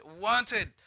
wanted